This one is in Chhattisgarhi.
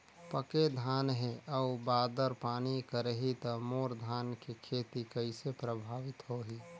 पके धान हे अउ बादर पानी करही त मोर धान के खेती कइसे प्रभावित होही?